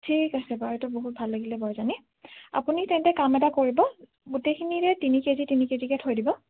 ঠিক আছে বাৰু এইটো বহুত ভাল লাগিলে বাৰু জানি আপুনি তেন্তে কাম এটা কৰিব গোটেইখিনিৰে তিনি কেজি তিনি কেজিকে থৈ দিব